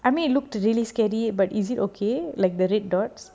I mean it looked really scary but is it okay like the red dots